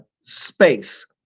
space